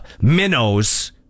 minnows